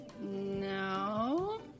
No